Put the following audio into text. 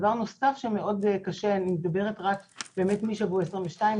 דבר נוסף שהוא מאוד קשה ואני מדברת באמת משבוע 22,